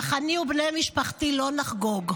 אך אני ובני משפחתי לא נחגוג.